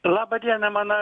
laba diena man